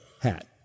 hat